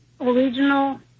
original